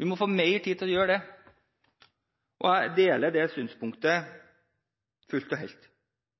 Vi må få mer tid til å gjøre det. Jeg deler det synspunktet fullt og